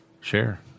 Share